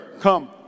Come